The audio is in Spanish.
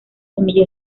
semilla